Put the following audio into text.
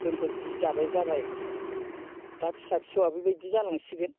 जोंफोर जि जाबाय जाबाय दा फिसा फिसौआबो बेबायदि जालांसिगोन